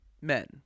men